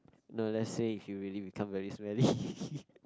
no let's say if you really become very smelly